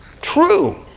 true